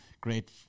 great